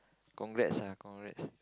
congrats ah congrats